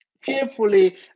fearfully